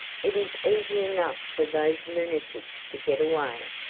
it is easy enough for those lunatics to get away,